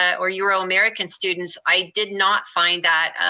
or euro american students, i did not find that.